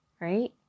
right